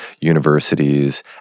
universities